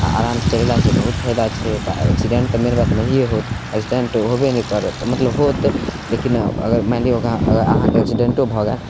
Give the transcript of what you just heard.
आ आराम से चलेला से बहुत फायदा छै एक्सिडेंट तऽ मेन बात नहिए होयत एक्सिडेंट होयबे नहि करत मतलब होयत लेकिन अगर मानि लिअ अगर अहाँके एक्सिडेंटो भऽ जाएत